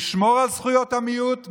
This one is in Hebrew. נשמור על זכויות המיעוט,